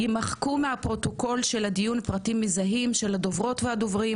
יימחקו מהפרוטוקול של הדיון פרטים מזהים של הדוברות והדוברים,